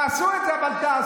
תעשו את זה, אבל תעשו.